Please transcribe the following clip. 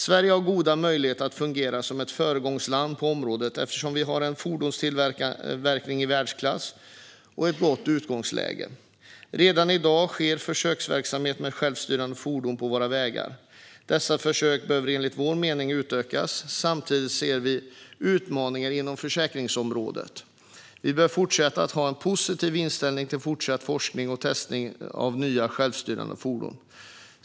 Sverige har goda möjligheter att fungera som ett föregångsland på detta område eftersom vi har en fordonstillverkning i världsklass och ett gott utgångsläge. Redan i dag sker försöksverksamhet med självstyrande fordon på våra vägar. Dessa försök behöver enligt vår mening utökas. Samtidigt ser vi utmaningar inom försäkringsområdet. Vi bör fortsätta att ha en positiv inställning till fortsatt forskning och testning av nya självstyrande fordon.